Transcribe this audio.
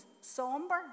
somber